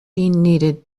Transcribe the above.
needed